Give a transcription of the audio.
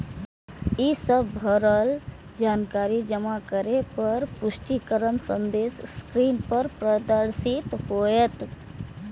ई सब भरल जानकारी जमा करै पर पुष्टिकरण संदेश स्क्रीन पर प्रदर्शित होयत